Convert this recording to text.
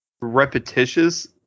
repetitious